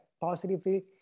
positively